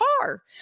car